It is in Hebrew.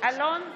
אלון טל,